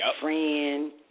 friend